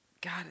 God